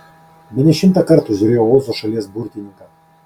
bene šimtą kartų žiūrėjau ozo šalies burtininką